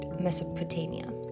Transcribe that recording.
Mesopotamia